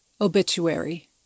obituary